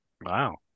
Wow